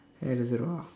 add a zero ah